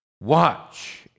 watch